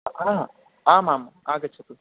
आ आम् आम् आगच्छतु